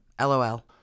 LOL